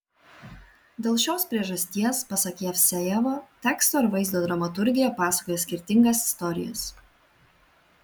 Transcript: dėl šios priežasties pasak jevsejevo teksto ir vaizdo dramaturgija pasakoja skirtingas istorijas